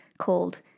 called